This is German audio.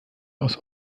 aus